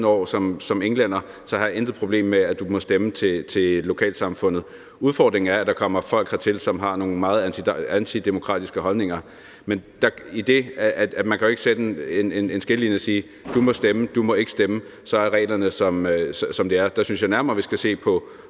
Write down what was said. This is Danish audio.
år som englænder, har jeg intet problem med, at du må stemme til lokalsamfundet. Udfordringen er, at der kommer folk hertil, som har nogle meget antidemokratiske holdninger. Men man kan jo ikke sætte en skillelinje i det og sige: Du må stemme, du må ikke stemme. Der er reglerne, som de er. Jeg synes nærmere, vi skal se på